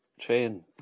train